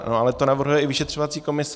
Ale to navrhuje i vyšetřovací komise.